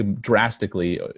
drastically